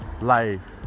Life